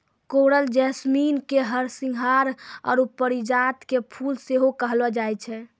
coral jasmine के हरसिंहार आरु परिजात के फुल सेहो कहलो जाय छै